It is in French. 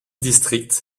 district